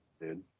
dude